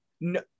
no